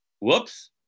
whoops